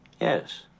yes